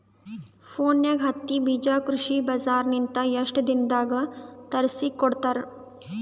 ಫೋನ್ಯಾಗ ಹತ್ತಿ ಬೀಜಾ ಕೃಷಿ ಬಜಾರ ನಿಂದ ಎಷ್ಟ ದಿನದಾಗ ತರಸಿಕೋಡತಾರ?